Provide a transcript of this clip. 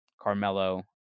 Carmelo